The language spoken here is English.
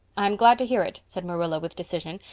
i'm glad to hear it, said marilla with decision.